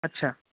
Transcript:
अच्छा